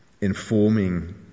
informing